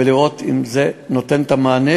ולראות אם זה נותן את המענה,